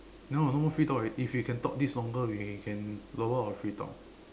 now got no more free talk already if you can talk this longer we can lower our free talk